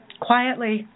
quietly